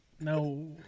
no